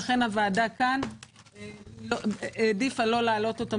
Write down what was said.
לכן הוועדה כאן העדיפה לא להעלות אותן